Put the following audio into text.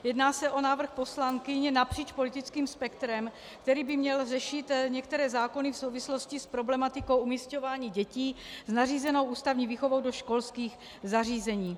Jedná se o návrh poslankyň napříč politickým spektrem, který by měl řešit některé zákony v souvislosti s problematikou umísťování dětí s nařízenou ústavní výchovou do školských zařízení.